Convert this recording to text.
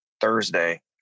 Thursday